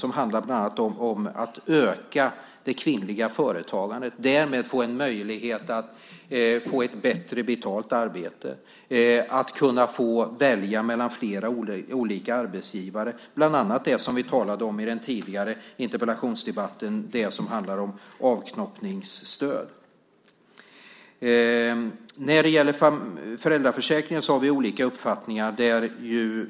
Det handlar bland annat om att öka det kvinnliga företagandet och därmed få en möjlighet till ett bättre betalt arbete. Det handlar om att kunna få välja mellan flera olika arbetsgivare, bland annat det som vi talade om i den tidigare interpellationsdebatten - det som handlar om avknoppningsstöd. När det gäller föräldraförsäkringen har vi olika uppfattningar.